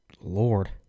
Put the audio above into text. Lord